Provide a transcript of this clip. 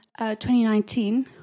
2019